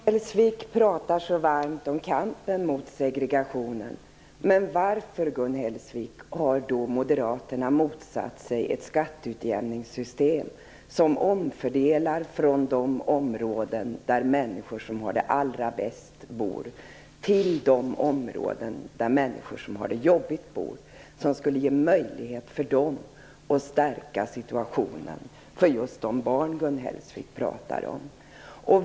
Herr talman! Gun Hellsvik talar så varmt om kampen mot segregationen, men varför har moderaterna motsatt sig ett skatteutjämningssystem som omfördelar från de områden där människor som har det allra bäst bor till de områden där människor som har det jobbigt bor, vilket skulle ge möjlighet att stärka situationen för just de barn som Gun Hellsvik talar om?